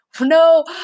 No